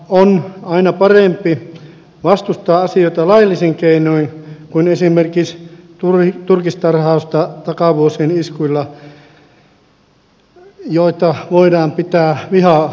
on aina parempi vastustaa asioita laillisin keinoin kuin esimerkiksi turkistarhausta takavuosien iskuilla joita voidaan pitää viharikoksina